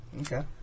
Okay